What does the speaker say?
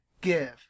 give